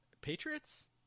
Patriots